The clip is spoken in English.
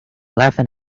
laughing